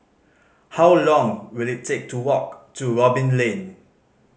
how long will it take to walk to Robin Lane